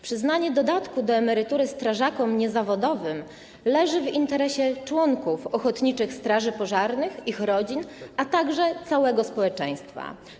Przyznanie dodatku do emerytury strażakom niezawodowym leży w interesie członków ochotniczych straży pożarnych, ich rodzin, a także całego społeczeństwa.